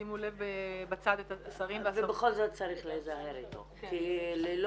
שימו לב בצד את השרים והשרות -- ובכל זאת צריך להיזהר איתו כי ללא